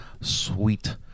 Sweet